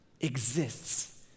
exists